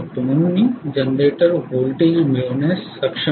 म्हणून मी generated voltage मिळविण्यास सक्षम आहे